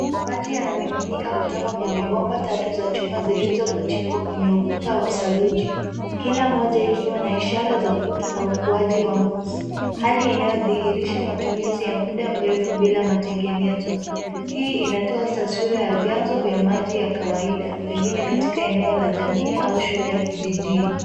Maji yanamiminika kutoka kwenye bomba tatu za chuma zilizopachikwa kwenye ukuta wa saruji. Kila moja ikiwa na ishara za kutu na ukuaji wa moss]cs] hali inayodhihirisha matumizi ya muda mrefu bila matengenezo. Hii inatoa taswira ya vyanzo vya maji ya kawaida pengine katika eneo la jamii au shule ya kijijini.